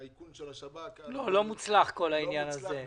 האיכון של השב"כ --- לא מוצלח כל העניין הזה,